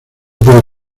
puede